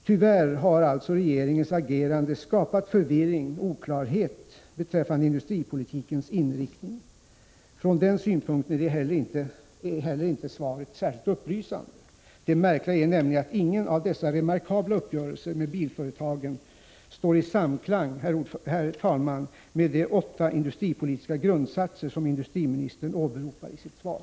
Tyvärr har alltså regeringens agerande skapat förvirring och oklarhet beträffande industripolitikens inriktning. Från den synpunkten är svaret inte heller särskilt upplysande. Det märkliga är nämligen att inga av dessa remarkabla uppgörelser med bilföretagen står i samklang, herr talman, med de åtta industripolitiska grundsatser som industriministern åberopar i sitt svar.